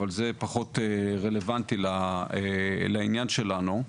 אבל זה פחות רלוונטי לעניין שלנו.